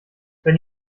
wenn